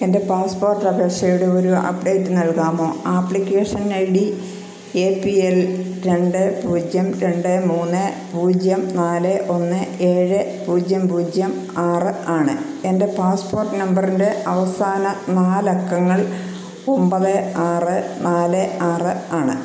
എൻ്റെ പാസ്പോർട്ട് അപേക്ഷയുടെ ഒരു അപ്ഡേറ്റ് നൽകാമോ application I D A P L രണ്ട് പൂജ്യം രണ്ട് മൂന്ന് പൂജ്യം നാല് ഒന്ന് ഏഴ് പൂജ്യം പൂജ്യം ആറ് ആണ് എൻ്റെ പാസ്പോർട്ട് നമ്പറിൻ്റെ അവസാന നാല് അക്കങ്ങൾ ഒമ്പത് ആറ് നാല് ആറ് ആണ്